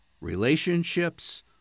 Relationships